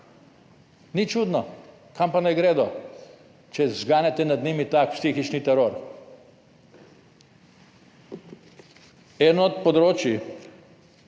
ni čudno. Kam pa naj gredo, če zganete nad njimi tak psihični teror? Eno od področij,